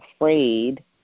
afraid